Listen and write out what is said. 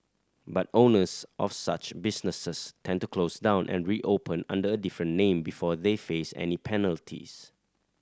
but owners of such businesses tend to close down and reopen under a different name before they face any penalties